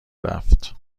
رفت